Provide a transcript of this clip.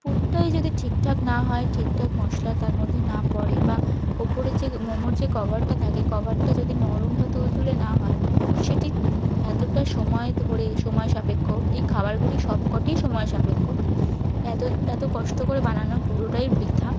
পুরটাই যদি ঠিকঠাক না হয় ঠিকঠাক মশলা তার মধ্যে না পড়ে বা উপরের যে মোমোর যে কভারটা থাকে কভারটা যদি নরম বা তুলতুলে না হয় সেটি এতটা সময় ধরে সময় সাপেক্ষ এই খাবারগুলি সবকটিই সময়সাপেক্ষ এত এত কষ্ট করে বানানো পুরোটাই বৃথা